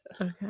Okay